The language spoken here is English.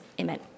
Amen